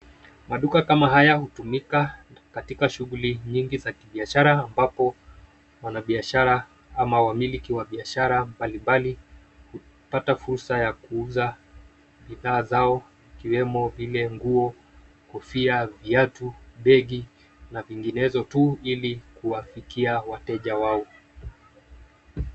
Maduka kama haya hutumika katika shughuli nyingi za kibiashara ambapo wanabiashara ama wamiliki wa biashara mbali mbali hupata fursa ya kuuza bidhaa zao, ikiwemo vile: nguo, kofia, viatu, begi na vinginezo tu, ilikuwafikia wateja wao.